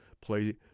play